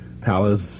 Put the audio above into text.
palace